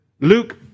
Luke